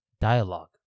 dialogue